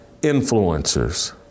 influencers